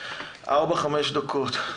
ארבע-חמש דקות.